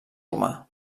humà